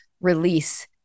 release